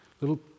Little